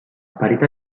parità